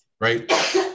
right